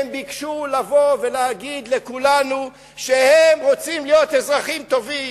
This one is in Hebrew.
הם ביקשו לבוא ולהגיד לכולנו שהם רוצים להיות אזרחים טובים,